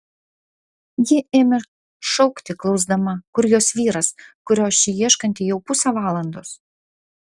ji ėmė šaukti klausdama kur jos vyras kurio ši ieškanti jau pusę valandos